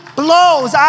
blows